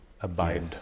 Abide